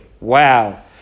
Wow